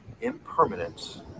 Impermanence